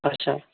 अच्छा